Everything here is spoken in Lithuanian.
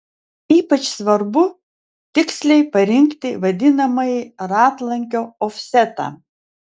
ypač svarbu tiksliai parinkti vadinamąjį ratlankio ofsetą